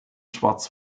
schwarz